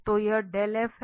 तो यह है